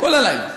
כל הלילה,